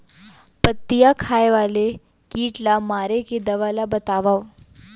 पत्तियां खाए वाले किट ला मारे के दवा ला बतावव?